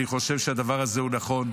אני חושב שהדבר הזה הוא נכון.